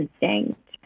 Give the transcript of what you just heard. instinct